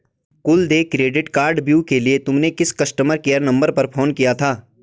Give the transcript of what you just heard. कुल देय credit card view के लिए तुमने किस कस्टमर केयर नंबर पर फोन किया था?